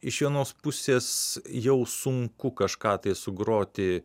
iš vienos pusės jau sunku kažką tai sugroti